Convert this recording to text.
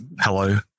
hello